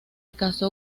caso